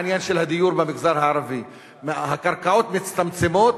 הקרקעות מצטמצמות,